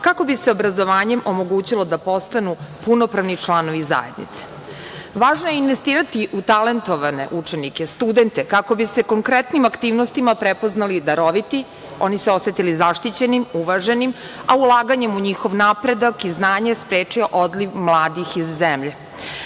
kako bi se obrazovanjem omogućilo da postanu punopravni članovi zajednice. Važno je investirati u talentovane učenike, studente kako bi se konkretnim aktivnostima prepoznali daroviti, oni se osetili zaštićenim, uvaženim, a ulaganjem u njihov napredak i znanje sprečio odliv mladih iz zemlje.